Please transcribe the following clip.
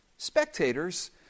Spectators